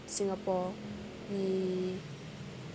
singapore we